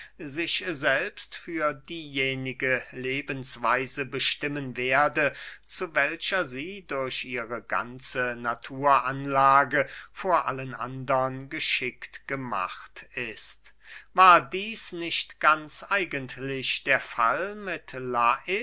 sich selbst für diejenige lebensweise bestimmen werde zu welcher sie durch ihre ganze naturanlage vor allen andern geschickt gemacht ist war dieß nicht ganz eigentlich der fall mit